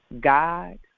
God